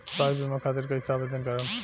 स्वास्थ्य बीमा खातिर कईसे आवेदन करम?